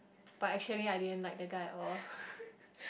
but actually I didn't like the guy at all